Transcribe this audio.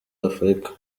afurika